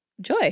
joy